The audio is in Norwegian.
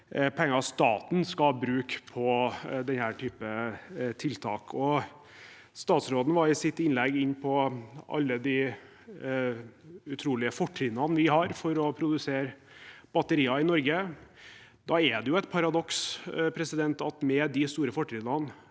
penger staten skal bruke på denne typen tiltak. Statsråden var i sitt innlegg inne på alle de utrolige fortrinnene vi har for å produsere batterier i Norge. Da er det et paradoks at med de store fortrinnene